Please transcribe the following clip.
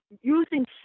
using